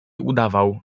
udawał